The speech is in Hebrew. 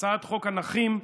חוק הנכים,